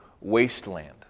wasteland